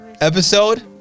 episode